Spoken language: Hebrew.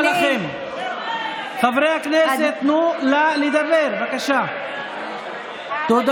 מסכן משה כחלון שיושב היום בבית ומסתכל